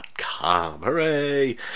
Hooray